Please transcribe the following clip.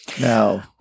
No